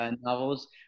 novels